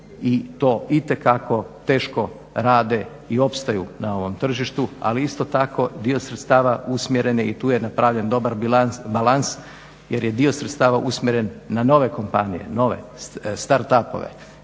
i to itekako teško rade i opstaju na ovom tržištu ali isto tako dio sredstava usmjeren i tu je napravljen dobar balans jer je dio sredstava usmjeren na nove kompanije na nove start up-ove.